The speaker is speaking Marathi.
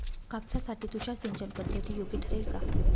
कापसासाठी तुषार सिंचनपद्धती योग्य ठरेल का?